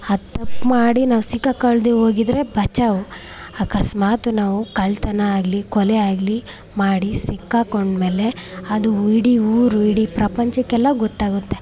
ಅದ್ ತಪ್ಪು ಮಾಡಿ ನಾವು ಸಿಕ್ಕಿ ಹಾಕ್ಕೊಳ್ದೆ ಹೋಗಿದ್ದರೆ ಬಚಾವು ಅಕಸ್ಮಾತ್ ನಾವು ಕಳ್ಳತನ ಆಗಲಿ ಕೊಲೆಯಾಗಲಿ ಮಾಡಿ ಸಿಕ್ಕಾಕೊಂಡು ಮೇಲೆ ಅದು ಇಡೀ ಊರು ಇಡೀ ಪ್ರಪಂಚಕ್ಕೆಲ್ಲಾ ಗೊತ್ತಾಗುತ್ತೆ